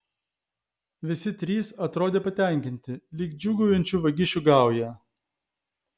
visi trys atrodė patenkinti lyg džiūgaujančių vagišių gauja